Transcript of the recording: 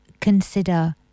consider